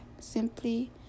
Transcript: simply